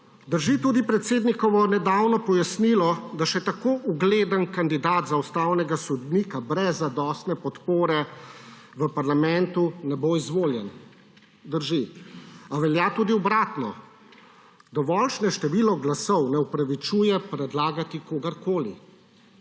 Drži tudi predsednikovo nedavno pojasnilo, da še tako ugleden kandidat za ustavnega sodnika brez zadostne podpore v parlamentu ne bo izvoljen. Drži. A velja tudi obratno. Dovoljšnje število glasov ne opravičuje predlagati kogarkoli.